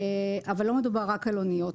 אבל לא מדובר רק על אניות